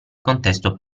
contesto